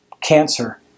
cancer